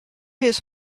his